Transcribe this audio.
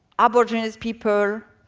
aboriginal people,